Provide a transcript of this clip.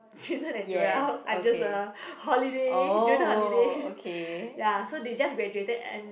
jun sheng and Joel I'm just a holiday June holiday ya so they just graduated and